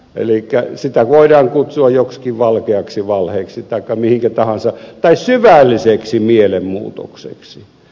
elikkä sitä voidaan kutsua joksikin valkeaksi valheeksi tai syvälliseksi mielenmuutokseksi